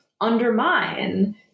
undermine